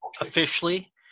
officially